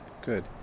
good